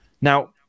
Now